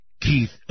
Keith